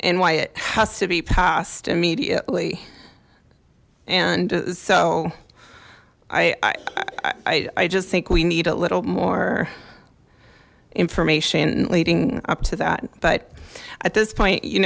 and why it has to be passed immediately and so i i just think we need a little more information leading up to that but at this point you